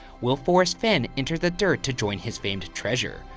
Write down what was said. will forrest fenn enter the dirt to join his famed treasure,